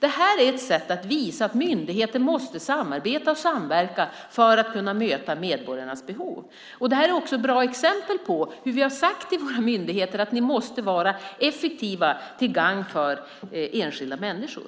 Det är ett sätt att visa att myndigheter måste samarbeta och samverka för att kunna möta medborgarnas behov. Det är också ett bra exempel på att vi har sagt till myndigheterna att de måste vara effektiva till gagn för enskilda människor.